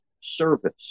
service